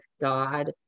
God